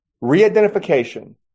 Re-identification